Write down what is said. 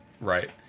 Right